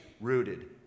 rooted